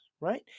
right